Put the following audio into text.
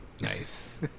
nice